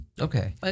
Okay